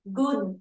good